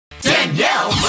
Danielle